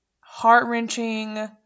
heart-wrenching